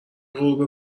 غروب